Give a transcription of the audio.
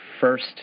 first